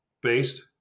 based